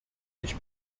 ich